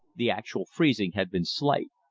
the actual freezing had been slight.